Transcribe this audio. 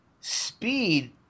Speed